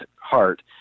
heart